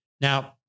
Now